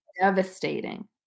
devastating